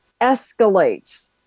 escalates